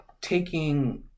taking